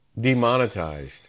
demonetized